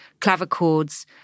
clavichords